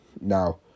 Now